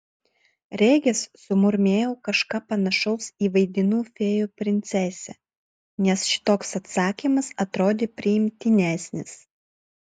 regis sumurmėjau kažką panašaus į vaidinu fėjų princesę nes šitoks atsakymas atrodė priimtinesnis